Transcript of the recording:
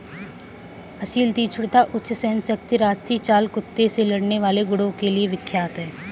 असील तीक्ष्णता, उच्च सहनशक्ति राजसी चाल कुत्ते से लड़ने वाले गुणों के लिए विख्यात है